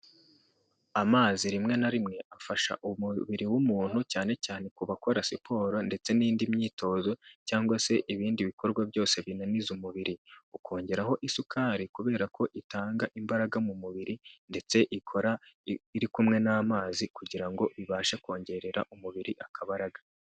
Amazi rimwe na rimwe afasha umubiri w'umuntu, cyane cyane ku bakora siporo ndetse n'indi myitozo cyangwa se ibindi bikorwa byose binaniza umubiri, ukongeraho isukari kubera ko itanga imbaraga mu mubiri ndetse ikora iri kumwe n'amazi kugira ngo ibashe kongerera umubiri akabaraga.